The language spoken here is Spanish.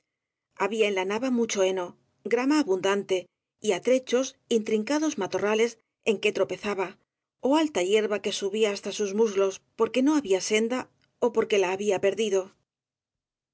la nava mucho heno grama abundante y á trechos intrincados matorra les en que tropezaba ó alta hierba que subía hasta sus muslos porque no había senda ó porque la había perdido